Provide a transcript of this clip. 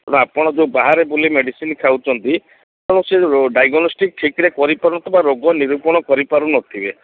ଆଉ ଆପଣ ଯେଉଁ ବାହାରେ ବୁଲି ମେଡ଼ିସିନ୍ ଖାଉଛନ୍ତି ଆପଣ ସେ ଡାଇଗୋନାଷ୍ଟିକ୍ ଠିକ୍ରେ ସେ କରିପାରୁନଥିବେ ଅଥବା ରୋଗ ନିରୂପଣ ଠିକ୍ସେ କରିପାରୁନଥିବେ